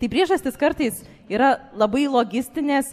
tai priežastys kartais yra labai logistinės